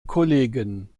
kollegen